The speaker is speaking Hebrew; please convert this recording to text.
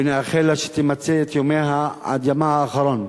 ואני מאחל לה שתמצה את ימיה עד יומה האחרון.